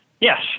Yes